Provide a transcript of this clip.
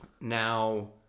Now